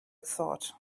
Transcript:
thought